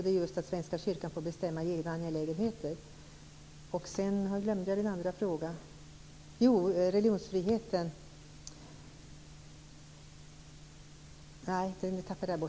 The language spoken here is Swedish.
Det är just att Svenska kyrkan får bestämma i egna angelägenheter.